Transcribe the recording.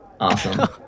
Awesome